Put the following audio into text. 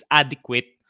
adequate